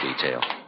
detail